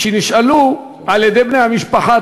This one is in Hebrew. משנשאלו על-ידי בני המשפחה,